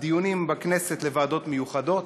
הדיונים בכנסת לוועדות מיוחדות,